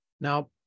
Now